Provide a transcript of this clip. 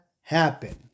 happen